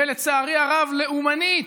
ולצערי הרב לאומנית,